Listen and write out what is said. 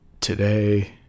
Today